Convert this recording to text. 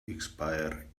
expire